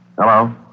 Hello